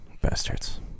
Bastards